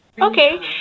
Okay